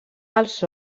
els